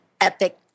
epic